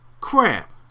crap